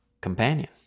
companion